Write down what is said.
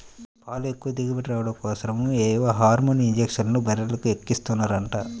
పాలు ఎక్కువ దిగుబడి రాడం కోసరం ఏవో హార్మోన్ ఇంజక్షన్లు బర్రెలకు ఎక్కిస్తన్నారంట